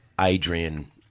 Adrian